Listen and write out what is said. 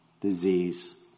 disease